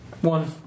One